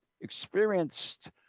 Experienced